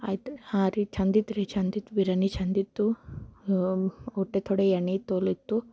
ಆಯ್ತು ಹಾಂ ರಿ ಚೆಂದಿತ್ರಿ ಚೆಂದಿತ್ತು ಬಿರಿಯಾನಿ ಚೆಂದಿತ್ತು ಅಷ್ಟೆ ಥೊಡೆ ಎಣ್ಣೆ ತೋಲಿತ್ತು